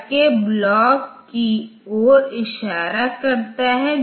अब R 13 गंतव्य की ओर इशारा कर रहा था